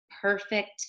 perfect